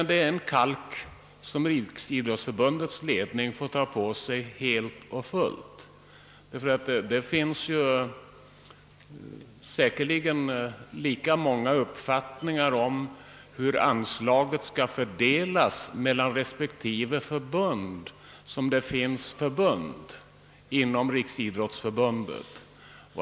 Det är en kalk för Riksidrottsförbundets ledning; det finns säkerligen lika många uppfattningar om hur anslaget skall fördelas mellan respektive förbund som det finns förbund inom Riksidrottsförbundet.